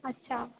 अच्छा